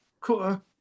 cool